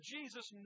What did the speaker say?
Jesus